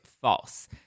false